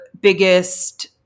biggest